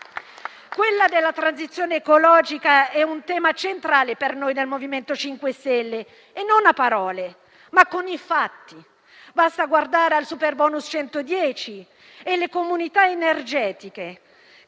tema della transizione ecologica è centrale per noi del MoVimento 5 Stelle e non a parole, ma con i fatti. Basta guardare al superbonus del 110 per cento e alle comunità energetiche,